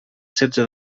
setze